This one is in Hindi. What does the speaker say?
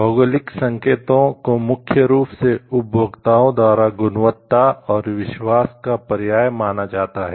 भौगोलिक संकेतों को मुख्य रूप से उपभोक्ताओं द्वारा गुणवत्ता और विश्वास का पर्याय माना जाता है